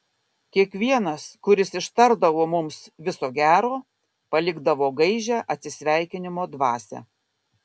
kiekvienas kuris ištardavo mums viso gero palikdavo gaižią atsisveikinimo dvasią